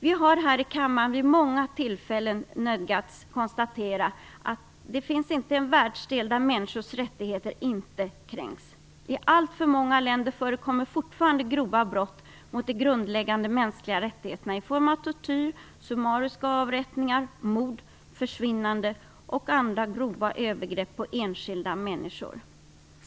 Vi har här i kammaren vid många tillfällen nödgats konstatera att det inte finns en världsdel där människors rättigheter inte kränkts. I alltför många länder förekommer fortfarande grova brott mot de grundläggande mänskliga rättigheterna i form av tortyr, summariska avrättningar, mord, försvinnanden och andra grova övergrepp på enskilda människor.